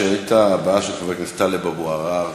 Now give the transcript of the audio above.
השאילתה הבאה, של חבר הכנסת טלב אבו עראר,